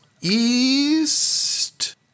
east